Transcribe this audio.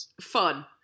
Fun